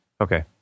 Okay